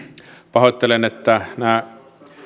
pahoittelen että